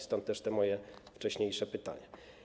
Stąd też te moje wcześniejsze pytania.